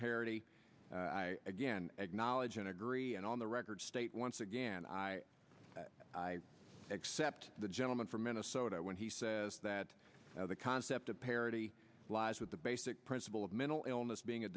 parity again acknowledge and i agree and on the record state once again i accept the gentleman from minnesota when he says that the concept of parrot lies with the basic principle of mental illness being a